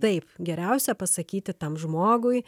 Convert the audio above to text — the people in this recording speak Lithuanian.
taip geriausia pasakyti tam žmogui